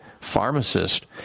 pharmacist